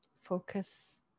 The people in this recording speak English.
focus